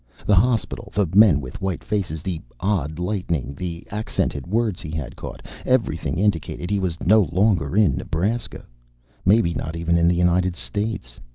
the hospital, the men with white faces, the odd lighting, the accented words he had caught everything indicated he was no longer in nebraska maybe not even in the united states.